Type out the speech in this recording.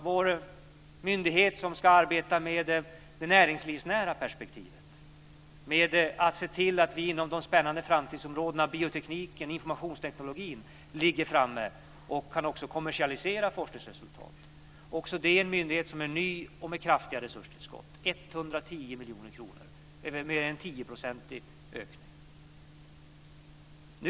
Vår myndighet Vinnova ska arbeta med det näringslivsnära perspektivet och se till att vi ligger framme inom de spännande framtidsområdena bioteknik och informationsteknik och kan också kommersialisera forskningsresultat. Också denna myndighet är ny och får kraftiga resurstillskott, 110 miljoner kronor. Det är mer än en tioprocentig ökning.